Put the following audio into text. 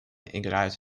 играют